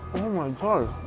oh my god.